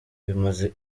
bimaze